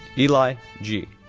eli ji,